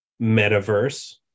metaverse